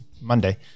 Monday